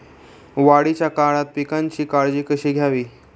वाढीच्या काळात पिकांची काळजी कशी घ्यावी?